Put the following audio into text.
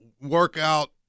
workout